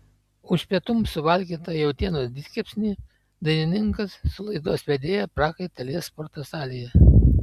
už pietums suvalgytą jautienos didkepsnį dainininkas su laidos vedėja prakaitą lies sporto salėje